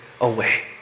away